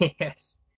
Yes